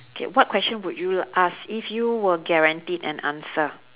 okay what question would you ask if you were guaranteed an answer